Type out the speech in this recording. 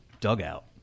dugout